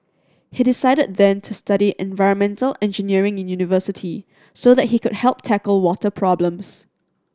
he decided then to study environmental engineering in university so that he could help tackle water problems